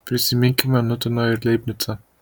prisiminkime niutoną ir leibnicą